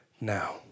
now